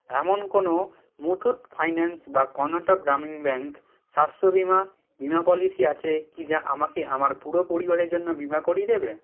এমন কোনো মুথুট ফাইন্যান্স বা কর্ণাটক গ্রামীণ ব্যাঙ্ক স্বাস্থ্য বিমা বিমা পলিসি আছে কি যা আমাকে আমার পুরো পরিবারের জন্য বিমা করিয়ে দেবে